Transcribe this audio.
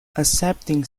accepting